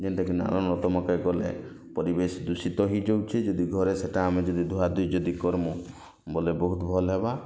ଯେନ୍ତା କି ନା ନାଳ ନର୍ଦ୍ଦମାଟିଏ କଲେ ପରିବେଶ ଦୂଷିତ ହେଇ ଯାଉଛି ଯଦି ଘରେ ସେଇଟା ଆମେ ଯଦି ଧୁଆ ଧୋଇ ଯଦି କର୍ମୁଁ ବୋଲେ ବହୁତ୍ ଭଲ୍ ହେବା